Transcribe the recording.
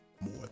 more